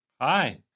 Hi